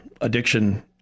addiction